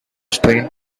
strain